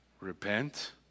Repent